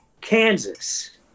Kansas